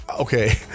okay